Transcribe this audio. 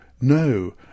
no